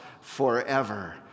forever